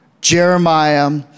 Jeremiah